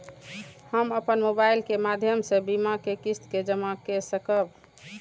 हम अपन मोबाइल के माध्यम से बीमा के किस्त के जमा कै सकब?